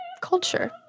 culture